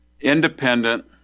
independent